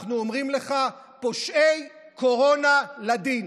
ואנחנו אומרים לך: פושעי קורונה לדין.